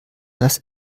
dass